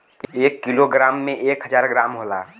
एक kilogram में एक हजार ग्राम होला